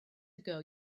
ago